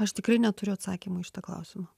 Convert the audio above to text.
aš tikrai neturiu atsakymo į šitą klausimą